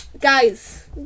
Guys